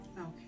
okay